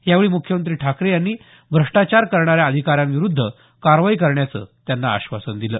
यावेळी मुख्यमंत्री ठाकरे यांनी भ्रष्टाचार करणाऱ्या अधिकाऱ्यांविरूद्ध कारवाई करण्याचं त्यांना आश्वासन दिलं